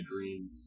dream